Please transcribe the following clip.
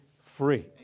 free